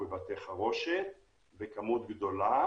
או בבתי חרושת בכמות גדולה